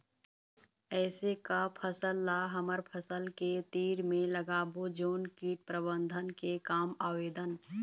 ऐसे का फसल ला हमर फसल के तीर मे लगाबो जोन कीट प्रबंधन के काम आवेदन?